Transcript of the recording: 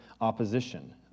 opposition